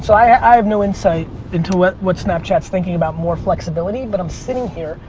so i have no insight into what what snapchat's thinking about more flexibility but i'm sitting here,